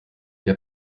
der